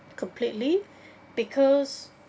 completely because